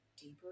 deeper